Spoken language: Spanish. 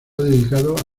dedicado